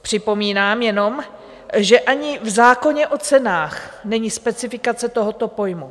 Připomínám jenom, že ani v zákoně o cenách není specifikace tohoto pojmu.